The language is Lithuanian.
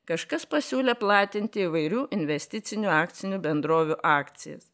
kažkas pasiūlė platinti įvairių investicinių akcinių bendrovių akcijas